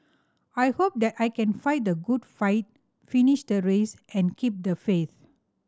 I hope that I can fight the good fight finish the race and keep the faith